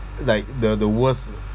like the the worst